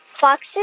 foxes